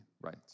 right